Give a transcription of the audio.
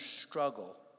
struggle